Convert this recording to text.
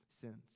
sins